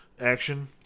action